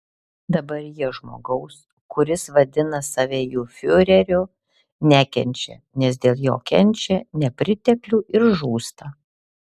dabar jie žmogaus kuris vadina save jų fiureriu nekenčia nes dėl jo kenčia nepriteklių ir žūsta